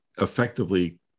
effectively